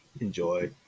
Enjoy